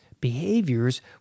behaviors